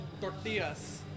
tortillas